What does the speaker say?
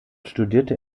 studierte